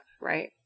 Right